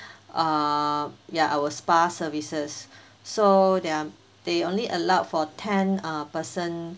err ya our spa services so they are they're only allowed for ten uh person